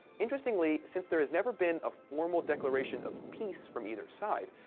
interestingly, since there has never been a formal declaration of peace from either side,